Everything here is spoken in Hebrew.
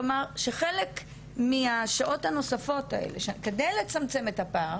כלומר שחלק מהשעות הנוספות האלה כדי לצמצם את הפער